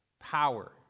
power